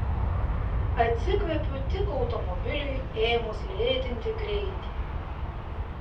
atsikvepiu tik automobiliui ėmus lėtinti greitį